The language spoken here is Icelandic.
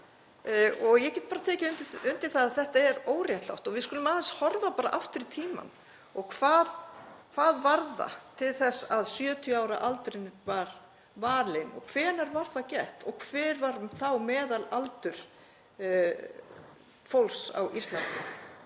Ég get bara tekið undir það að þetta er óréttlátt. Við skulum aðeins horfa aftur í tímann. Hvað varð til þess að 70 ára aldurinn var valinn? Hvenær var það gert og hver var þá meðalaldur fólks á Íslandi?